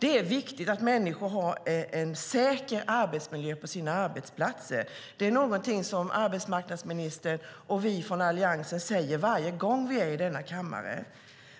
Det är viktigt att människor har en säker arbetsmiljö på sina arbetsplatser. Det är någonting som arbetsmarknadsministern och vi från Alliansen säger varje gång vi är i denna kammare.